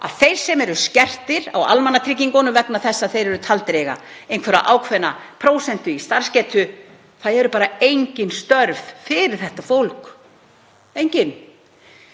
þá sem eru skertir á almannatryggingunum vegna þess að þeir eru taldir eiga einhverja ákveðna prósentu í starfsgetu. Það eru bara engin störf fyrir þetta fólk, engin.